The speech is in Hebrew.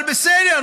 אבל בסדר,